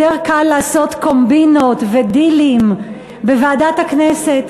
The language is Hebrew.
יותר קל לעשות קומבינות ודילים בוועדת הכנסת.